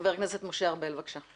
חבר הכנסת משה ארבל, בבקשה.